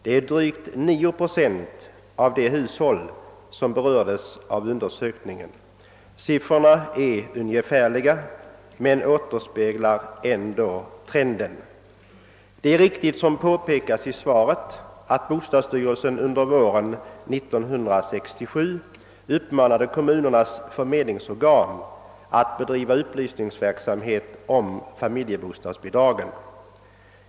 Det innebär att drygt nio procent av de hushåll som be rördes av undersökningen ej erhåller bidrag. Siffrorna är ungefärliga, men återspeglar ändock trenden. I svaret påpekades, vilket är riktigt, att bostadsstyrelsen under våren 1967 uppmanade kommunernas förmedlingsorgan att bedriva upplysningsverksamhet beträffande familjebostadsbidragen.